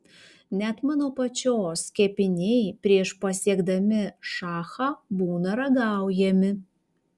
net mano pačios kepiniai prieš pasiekdami šachą būna ragaujami